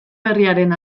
berriaren